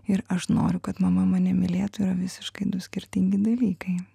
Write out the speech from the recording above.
ir aš noriu kad mama mane mylėtų ir visiškai du skirtingi dalykai